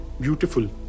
beautiful